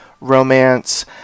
romance